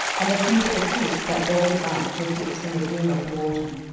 and the feet of the priests that bare the ark were dipped in the brim of the water,